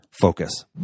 focus